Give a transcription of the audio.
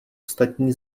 ostatní